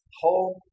home